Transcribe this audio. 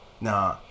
Nah